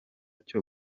cyo